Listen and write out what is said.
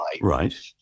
Right